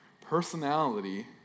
Personality